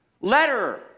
letter